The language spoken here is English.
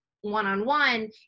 one-on-one